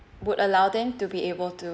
would allow them to be able to